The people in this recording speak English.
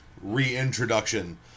reintroduction